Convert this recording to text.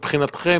מבחינתכם,